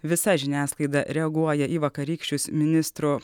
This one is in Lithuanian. visa žiniasklaida reaguoja į vakarykščius ministrų